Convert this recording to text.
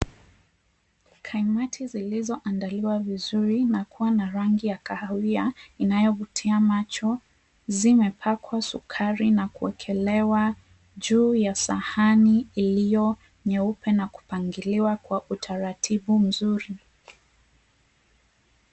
Kaimati zilizo andaliwa vizuri na kuwa na rangi ya kahawia. Inayo vutia macho. Zimepakwa sukari na kuwekelewa juu ya sahani iliyo nyeupe na kupangiliwa kwa utaratibu mzuri.